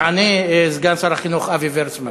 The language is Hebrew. יענה סגן שר החינוך אבי וֵורצמן.